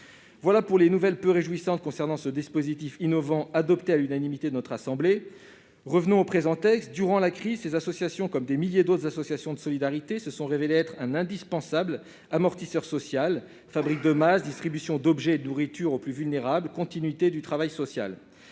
Voilà pour les nouvelles peu réjouissantes concernant ce dispositif innovant, adopté, je le répète, à l'unanimité de la Haute Assemblée. Revenons-en au présent texte. Durant la crise, ces associations, comme des milliers d'autres associations de solidarité, se sont révélées être d'indispensables amortisseurs sociaux : fabrique de masques, distribution d'objets et de nourriture aux plus vulnérables, continuité du travail social.